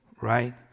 right